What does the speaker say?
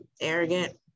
arrogant